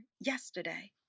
yesterday